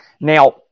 Now